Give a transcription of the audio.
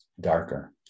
darker